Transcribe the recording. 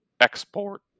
export